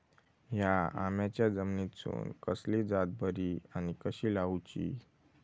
हया आम्याच्या जातीनिसून कसली जात बरी आनी कशी लाऊची?